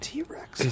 T-Rex